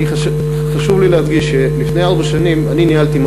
חשוב לי להדגיש שלפני ארבע שנים ניהלתי את